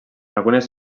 algunes